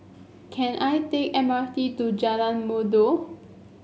can I take M R T to Jalan Merdu